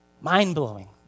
Mind-blowing